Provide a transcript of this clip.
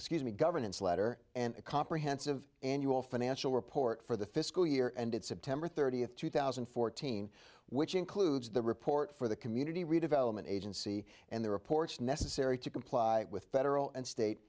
excuse me governance letter and a comprehensive annual financial report for the fiscal year ended september thirtieth two thousand and fourteen which includes the report for the community redevelopment agency and the reports necessary to comply with federal and state